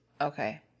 Okay